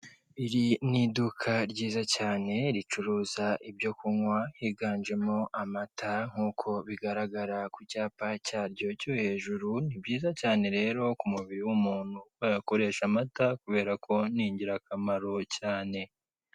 Iri ni iduka ryiza cyane ricuruza ibyo kunywa higanjemo amata nk'uko bigaragara ku cyapa cyaryo cyo hejuru, ni byiza cyane rero ku mubiri w'umuntu ko yakoresha amata kubera ko ni ingirakamaro cyane.